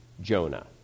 Jonah